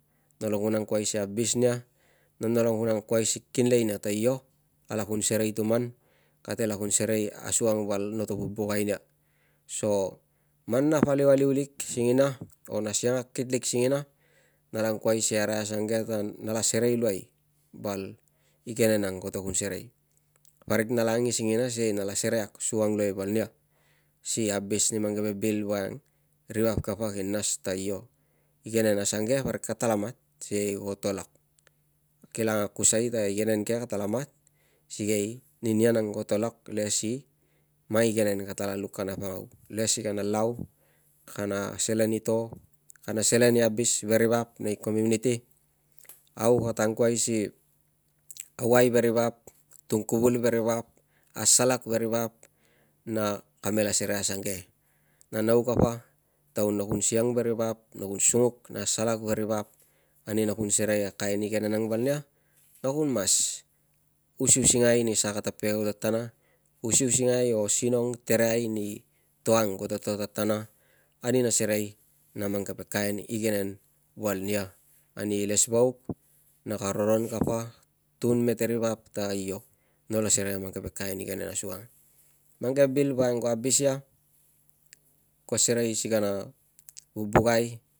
Ka kon mas serei val ninia kata kun abis nia na kun mas abis ani bil val voiang ri vap kapa ki tun tatana na ki arai ta pua tutuman luai ko nat ang katala luk luai ni to ang si igenen ang toro to nas ta mang igenen asukang kan iuk a to ang sikei kovek igenen petekai ang katanla sunguk a iau lauan ang si igenen ang vei nganing ko sep pat ta anganu petekai sikei ko pal pal ina pok so kam selen i to ka kun mas pakangai niri vap nei komiuniti asi kari nas asange ta keve taun aungos ku abis a ri bil ani ka pakangai ani ri vap parik ta galang ani ri vap sikei ka pakangai niri vap na ku abis a ri bil uaiang iles vauk a korong kute nap si kiniei ta ko bil roron asukang na no kun akus amalangas luai ni ra ta igenen ke vanang au kata kun to e rina. Kana selen i to nei rina ko petekai iuai ani mang ke vap. Na nau noto buk luai ani kana selen ito na aduk i taun no sinong ve nia no sui ia na ko ang kuai si vil amalangas ani mang ke palpal aliu i kata to singig na nolo ang kuai si luk lik any palpal i kana to na nolo angkuai si siang neina.